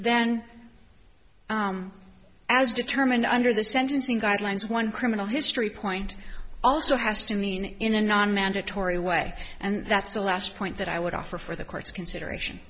then as determined under the sentencing guidelines one criminal history point also has to mean in a non mandatory way and that's the last point that i would offer for the court's consideration